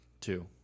Two